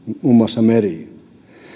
muun muassa meriin